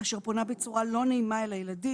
אשר פונה בצורה לא נעימה אל הילדים.